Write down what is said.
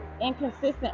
inconsistent